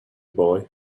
boy